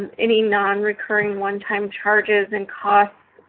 any nonrecurring one, time charges and costs.